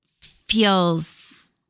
feels